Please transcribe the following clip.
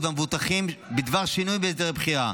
והמבוטחים בדבר שינוי בהסדרי בחירה,